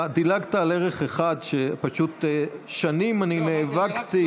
אתה דילגת על ערך אחד שפשוט שנים אני נאבקתי,